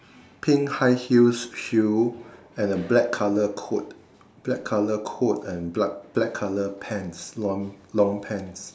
pink high heels shoe and a black colour coat black colour coat and black colour pants long long pants